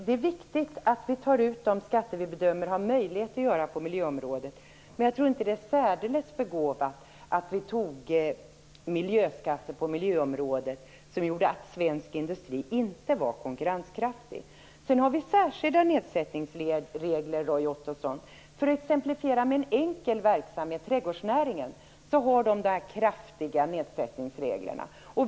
Det är viktigt att vi tar ut de skatter på miljöområdet som vi bedömer att det är möjligt att ta ut, men jag tror inte att det var särdeles begåvat att ta ut skatter på miljöområdet som gjorde att svensk industri inte var konkurrenskraftig. Vi har särskilda nedsättningsregler, Roy Ottosson. För att exemplifiera med en enkel verksamhet kan jag nämna trädgårdsnäringen, där det är kraftiga nedsättningsregler.